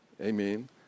Amen